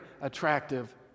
attractive